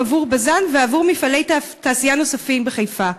עבור בז"ן ועבור מפעלי תעשייה נוספים בחיפה?